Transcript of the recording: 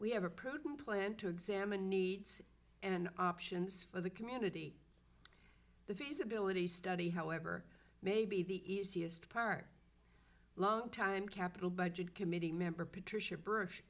a prudent plan to examine needs and options for the community the feasibility study however may be the easiest part longtime capital budget committee member patricia berish